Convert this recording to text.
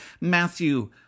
Matthew